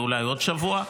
ואולי עוד שבוע.